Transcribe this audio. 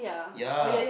yeah